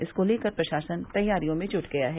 इसको लेकर प्रशासन तैयारियों में जुट गया है